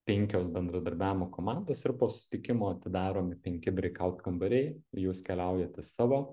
penkios bendradarbiavimo komandos ir po susitikimo atidaromi penki breikaut kambariai jūs keliaujat į savo